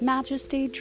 Majesty